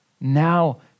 Now